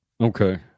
Okay